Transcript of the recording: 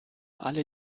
alle